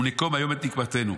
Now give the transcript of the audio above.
ונקום היום את נקמתינו.